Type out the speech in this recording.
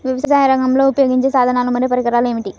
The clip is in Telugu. వ్యవసాయరంగంలో ఉపయోగించే సాధనాలు మరియు పరికరాలు ఏమిటీ?